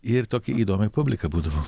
ir tokia įdomi publika būdavo